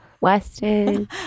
Weston